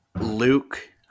Luke